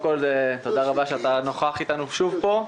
תודה רבה שאתה נוכח אתנו שוב פה.